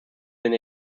been